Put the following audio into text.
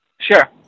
Sure